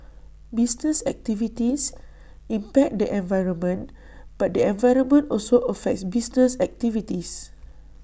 business activities impact the environment but the environment also affects business activities